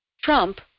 trump